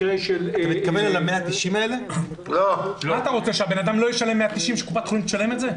אתה רוצה שהאדם לא ישלם 190 שקל אלא שקופת החולים תשלם את זה?